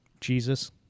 Jesus